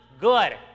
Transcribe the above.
good